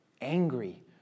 angry